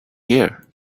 here